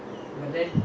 mmhmm